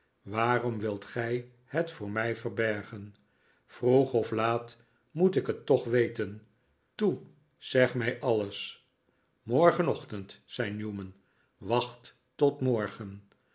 waarom wilt gij het voor mij verbergen vroeg of laat moet ik het toch weten toe zeg mij alles morgenochtend zei newman wacht tot morgen